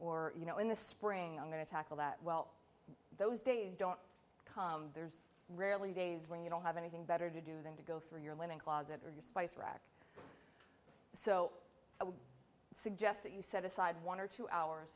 or you know in the spring i'm going to tackle that well those days don't come there's rarely days when you don't have anything better to do than to go through your linen closet or your spice rack so i would suggest that you set aside one or two hours